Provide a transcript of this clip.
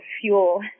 fuel